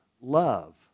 love